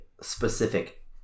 specific